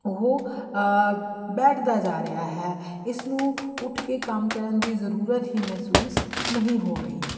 ਉਹ ਬੈਠਦਾ ਜਾ ਰਿਹਾ ਹੈ ਇਸ ਨੂੰ ਉੱਠ ਕੇ ਕੰਮ ਕਰਨ ਦੀ ਜ਼ਰੂਰਤ ਹੀ ਮਹਿਸੂਸ ਨਹੀਂ ਹੋ ਰਹੀ